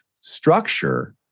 structure